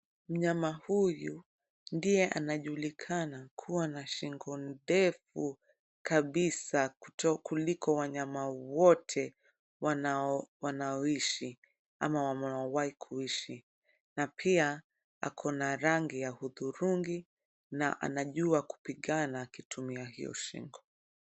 Mnyama huyu ndiye anajulikana kuwa na shingo ndefu kabisa kuliko wanyama wote wanaoishi ama wamewai kuishi na pia ako na rangi ya hudhurungi na anajua kupigana akitumia hio shingo.